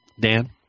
Dan